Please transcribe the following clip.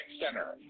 Center